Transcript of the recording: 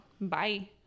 Bye